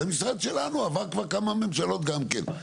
המשרד שלנו והוא עבר כמה ממשלות גם כן.